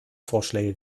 vorschläge